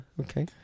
Okay